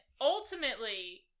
ultimately